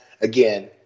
again